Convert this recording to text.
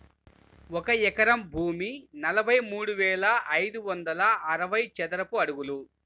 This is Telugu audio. ఒక ఎకరం భూమి నలభై మూడు వేల ఐదు వందల అరవై చదరపు అడుగులు